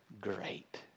great